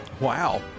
wow